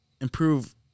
improve